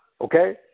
okay